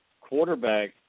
quarterback